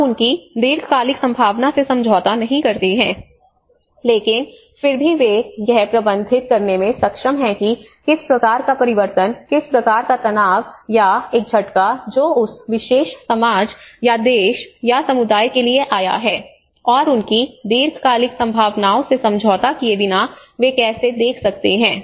आप उनकी दीर्घकालिक संभावना से समझौता नहीं करते हैं लेकिन फिर भी वे यह प्रबंधित करने में सक्षम हैं कि किस प्रकार का परिवर्तन किस प्रकार का तनाव या एक झटका जो उस विशेष समाज या देश या समुदाय के लिए आया है और उनकी दीर्घकालिक संभावनाओं से समझौता किए बिना वे कैसे देख सकते हैं